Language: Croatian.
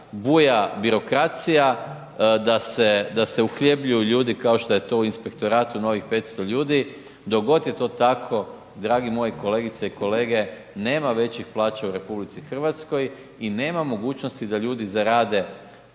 buja birokracija, da se uhljebljuju ljudi kao što je to u inspektoratu novih 500 ljudi, dok god je to tako, drage moje kolegice i kolege, nema većih plaća u RH i nema mogućnosti da ljudi zarade